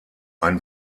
ein